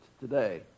today